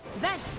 that